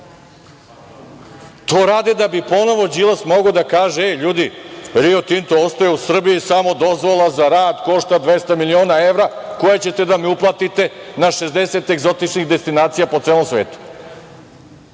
to rade da bi ponovo Đilas mogao da kaže – ej, ljudi, "Rio Tinto" ostaje u Srbiji, samo dozvola za rad košta 200 miliona evra koje ćete da mi uplatite na 60 egzotičnih situacija po celom svetu,